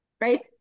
right